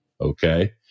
Okay